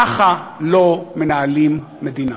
כך לא מנהלים מדינה.